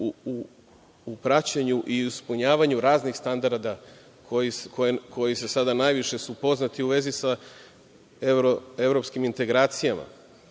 u praćenju i ispunjavanju raznih standarda koji su sada najviše poznati sa evropskim integracijama